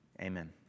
amen